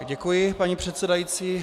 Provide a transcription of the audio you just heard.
Děkuji, paní předsedající.